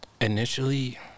Initially